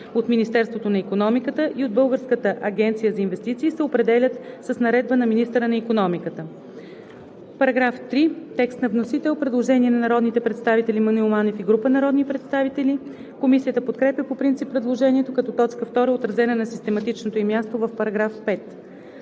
от Министерството на икономиката и от Българската агенция за инвестиции, се определят с наредба на министъра на икономиката.“ По § 3 има предложение на народните представители Маноил Манев и група народни представители. Комисията подкрепя по принцип предложението, като т. 2 е отразена на систематичното ѝ място в § 5.